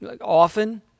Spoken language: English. often